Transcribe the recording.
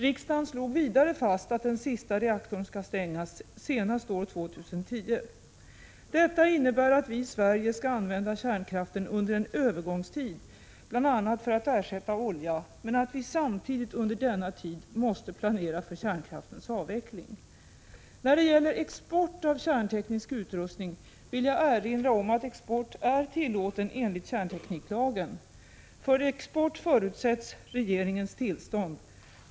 Riksdagen slog vidare fast att den sista reaktorn skall stängas senast år 2010. Detta innebär att vi i Sverige skall använda kärnkraften under en övergångstid — bl.a. för att ersätta olja — men att vi samtidigt under denna tid måste planera för kärnkraftens avveckling. När det gäller export av kärnteknisk utrustning vill jag erinra om att export är tillåten enligt kärntekniklagen. För export förutsätts regeringens tillstånd.